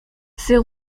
ses